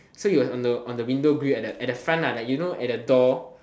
so he was on the on the window grill at the at the front lah like you know at the door